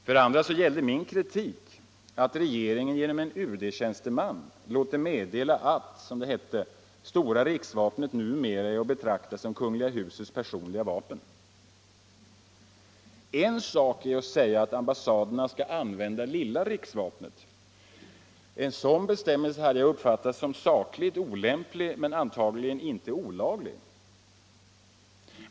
För det andra gällde min kritik att regeringen genom en UD-tjänsteman låter meddela att ”stora riksvapnet numera är att anse som Kungl. husets personliga vapen”. En sak är att säga att ambassaderna skall använda lilla riksvapnet. En sådan bestämmelse hade jag uppfattat som sakligt olämplig men antagligen inte olaglig.